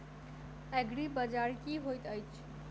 एग्रीबाजार की होइत अछि?